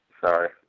Sorry